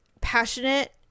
passionate